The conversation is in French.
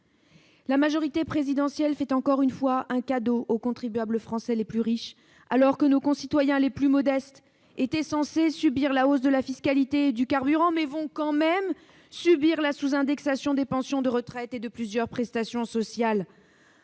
La majorité présidentielle fait encore une fois un cadeau aux contribuables français les plus riches, alors que nos concitoyens les plus modestes, qui étaient déjà censés subir la hausse de la fiscalité du carburant, vont de toute manière endurer la sous-indexation des pensions de retraite et de plusieurs prestations sociales.